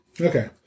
Okay